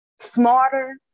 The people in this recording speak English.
smarter